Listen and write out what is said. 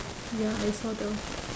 ya I saw the